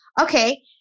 okay